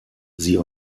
sie